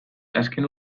azken